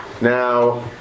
Now